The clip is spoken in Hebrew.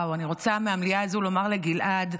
אני רוצה מהמליאה הזו להגיד לגלעד: